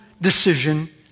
decision